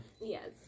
Yes